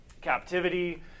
captivity